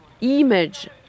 image